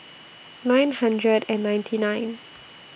nine hundred and ninety nine